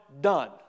done